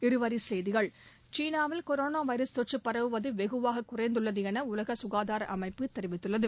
இருவரிச் செய்திகள் சீனாவில் கொரோனா வைரஸ் தொற்று பரவுவது வெகுவாகக் குறைந்துள்ளது என உலக சுகாதார அமைப்பு தெரிவித்துள்ளது